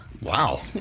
Wow